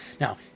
Now